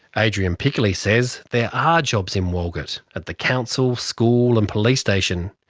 adrian piccoli says there are jobs in walgett, at the council, school and police station.